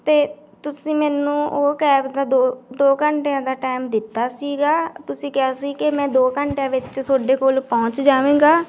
ਅਤੇ ਤੁਸੀਂ ਮੈਨੂੰ ਉਹ ਕੈਬ ਦਾ ਦੋ ਦੋ ਘੰਟਿਆਂ ਦਾ ਟਾਈਮ ਦਿੱਤਾ ਸੀਗਾ ਤੁਸੀਂ ਕਿਹਾ ਸੀ ਕਿ ਮੈਂ ਦੋ ਘੰਟਿਆਂ ਵਿੱਚ ਤੁਹਾਡੇ ਕੋਲ ਪਹੁੰਚ ਜਾਵਾਂਗਾ